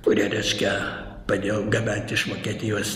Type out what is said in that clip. kurie reiškia padėjo gabent iš vokietijos